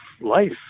life